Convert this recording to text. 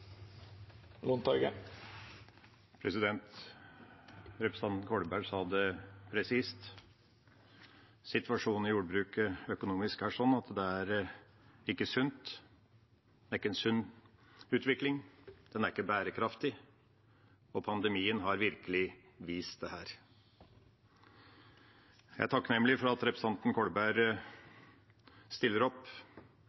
Representanten Kolberg sa det presist. Den økonomiske situasjonen i jordbruket er ikke sunn. Det er ikke en sunn utvikling. Den er ikke bærekraftig, og pandemien har virkelig vist dette. Jeg er takknemlig for at representanten Kolberg